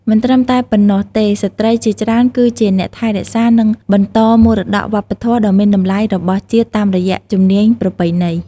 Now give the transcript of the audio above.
មិនត្រឹមតែប៉ុណ្ណោះទេ ស្ត្រីជាច្រើនគឺជាអ្នកថែរក្សា និងបន្តមរតកវប្បធម៌ដ៏មានតម្លៃរបស់ជាតិតាមរយៈជំនាញប្រពៃណី។